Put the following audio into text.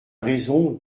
raison